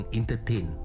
entertain